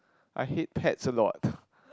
I hate pets a lot